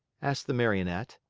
asked the marionette.